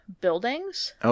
buildings